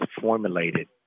formulated